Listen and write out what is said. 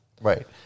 Right